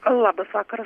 labas vakaras